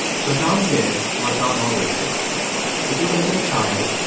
so don did what don always did he took a look at the child,